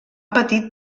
petit